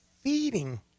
feeding